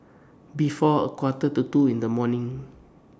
before A Quarter to two in The morning